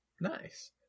nice